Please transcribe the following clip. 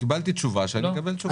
קיבלתי תשובה שאני אקבל תשובה.